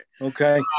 Okay